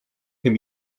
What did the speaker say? can